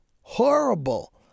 horrible